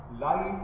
life